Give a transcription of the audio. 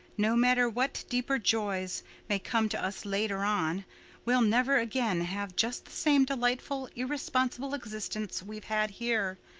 no matter what deeper joys may come to us later on we'll never again have just the same delightful, irresponsible existence we've had here.